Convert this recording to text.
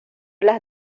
las